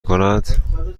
کند